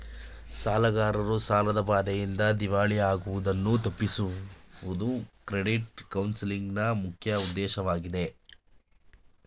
ಸಾಲಗಾರರು ಸಾಲದ ಬಾಧೆಯಿಂದ ದಿವಾಳಿ ಆಗುವುದನ್ನು ತಪ್ಪಿಸುವುದು ಕ್ರೆಡಿಟ್ ಕೌನ್ಸಲಿಂಗ್ ನ ಮುಖ್ಯ ಉದ್ದೇಶವಾಗಿದೆ